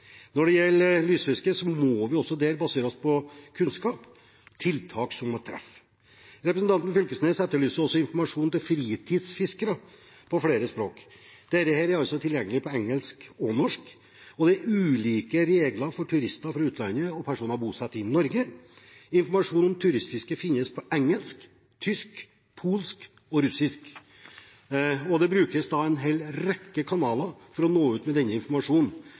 Når det gjelder lysfiske, må vi også der basere oss på kunnskap, og tiltak må treffe. Representanten Knag Fylkesnes etterlyser også informasjon til fritidsfiskere på flere språk. Dette er tilgjengelig på engelsk og norsk, og det er ulike regler for turister fra utlandet og personer bosatt i Norge. Informasjon om turistfiske finnes på engelsk, tysk, polsk og russisk, og en rekke kanaler brukes for å nå ut med denne informasjonen.